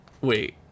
Wait